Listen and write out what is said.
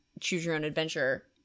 choose-your-own-adventure